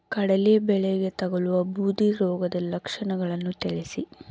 ಕಡಲೆ ಬೆಳೆಗೆ ತಗಲುವ ಬೂದಿ ರೋಗದ ಲಕ್ಷಣಗಳನ್ನು ತಿಳಿಸಿ?